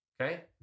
okay